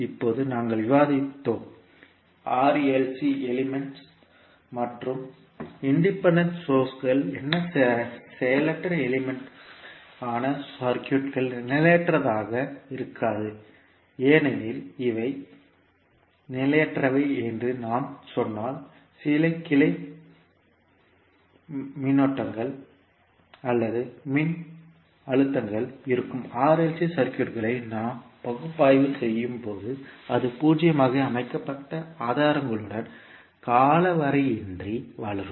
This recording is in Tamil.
இப்போது நாங்கள் விவாதித்தோம் R L C எலிமெண்ட்ஸ் மற்றும் சுயாதீன சோர்ஸ்கள் என செயலற்ற எலிமெண்ட்களால் ஆன சர்க்யூட்கள் நிலையற்றதாக இருக்காது ஏனெனில் இவை நிலையற்றவை என்று நாம் சொன்னால் சில கிளை மின்னோட்டங்கள் அல்லது மின்னழுத்தங்கள் இருக்கும் R L C சர்க்யூட்களை நாம் பகுப்பாய்வு செய்யும் போது இது பூஜ்ஜியமாக அமைக்கப்பட்ட ஆதாரங்களுடன் காலவரையின்றி வளரும்